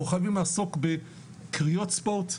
אנחנו חייבים לעסוק בקריאות ספורט,